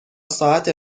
ساعت